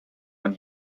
man